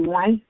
one